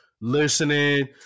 listening